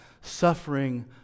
suffering